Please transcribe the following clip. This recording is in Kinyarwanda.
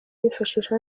bifashisha